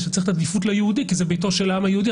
אז צריך לתת עדיפות ליהודי כי זה ביתו של העם היהודי.